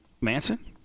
Manson